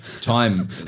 Time